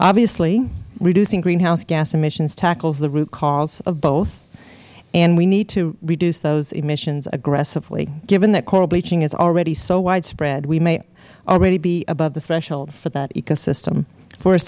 obviously reducing greenhouse gas emissions tackles the root cause of both and we need to reduce those emissions aggressively given that coral bleaching is already so widespread we may already be above the threshold for that ecosystem for a